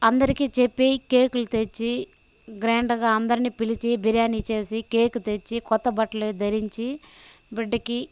అందరికీ చెప్పి కేకులు తెచ్చి గ్రాండ్గా అందరిని పిలిచి బిర్యాని చేసి కేక్ తెచ్చి కొత్త బట్టలు ధరించి బిడ్డకి